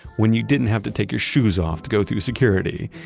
when you didn't have to take your shoes off to go through security.